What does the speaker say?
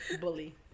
Bully